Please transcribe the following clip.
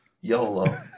YOLO